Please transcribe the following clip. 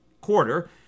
quarter